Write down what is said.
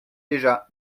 déjà